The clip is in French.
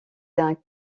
d’un